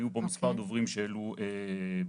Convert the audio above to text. היו פה מספר דוברים שהעלו מקרים.